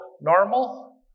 normal